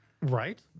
right